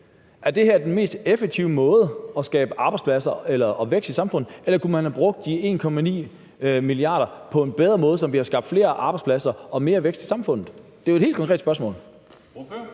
Er det her den mest effektive måde at skabe arbejdspladser og vækst i samfundet på, eller kunne man have brugt de 1,9 mia. kr. på en bedre måde, så vi havde skabt flere arbejdspladser og mere vækst i samfundet? Det er jo et helt konkret spørgsmål.